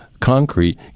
concrete